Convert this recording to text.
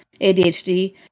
ADHD